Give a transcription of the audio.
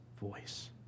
voice